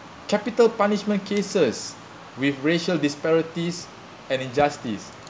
capital punishment cases with racial disparities and injustice